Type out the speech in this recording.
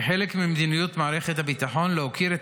כחלק ממדיניות מערכת הביטחון להוקיר את